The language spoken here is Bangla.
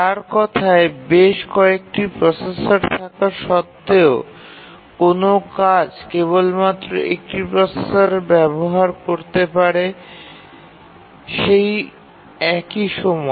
তার কথায় বেশ কয়েকটি প্রসেসর থাকা সত্ত্বেও কোনও কাজ কেবলমাত্র ১ টি প্রসেসর ব্যবহার করতে পারে সেই একই সময়ে